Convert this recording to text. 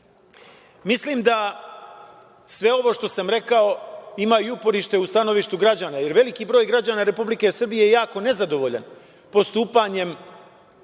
efekat. Mislim da sve ovo što sam rekao ima i uporište u stanovištu građana, jer veliki broj građana Republike Srbije je jako nezadovoljan postupanjem